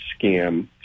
scam